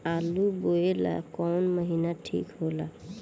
आलू बोए ला कवन महीना ठीक हो ला?